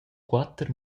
quater